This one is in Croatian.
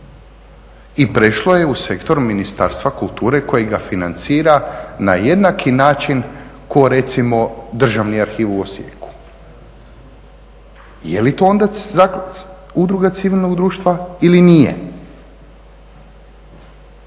i prešlo je u sektor Ministarstva kulture koji ga financira na jednaki način ko recimo Državni arhiv u Osijeku. Je li to onda udruga civilnog društva ili nije?